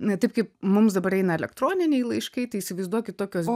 na taip kaip mums dabar eina elektroniniai laiškai tai įsivaizduokit tokios